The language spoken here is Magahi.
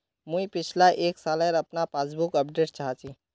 मुई पिछला एक सालेर अपना पासबुक अपडेट चाहची?